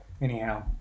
Anyhow